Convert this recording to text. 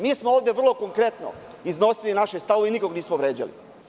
Mi smo ovde vrlo konkretno iznosili naše stavove i nikog nismo vređali.